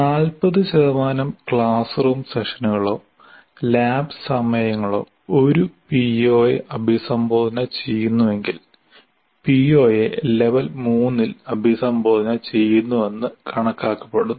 40 classroom സെഷനുകളോ lab സമയങ്ങളോ ഒരു പിഒയെ അഭിസംബോധന ചെയ്യുന്നുവെങ്കിൽ പിഒയെ ലെവൽ 3 ൽ അഭിസംബോധന ചെയ്യുന്നുവെന്ന് കണക്കാക്കപ്പെടുന്നു